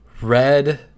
red